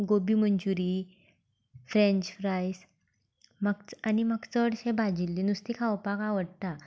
gobi manchurian french fries म्हाका आनी म्हाका चडशें बाजिल्लें नुस्तें खावपाक आवडटा